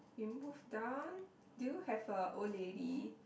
you move down do you have a old lady